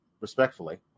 respectfully